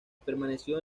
permaneció